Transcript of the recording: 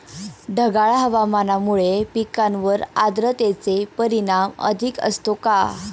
ढगाळ हवामानामुळे पिकांवर आर्द्रतेचे परिणाम अधिक असतो का?